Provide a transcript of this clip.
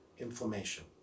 inflammation